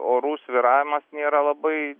orų svyravimas nėra labai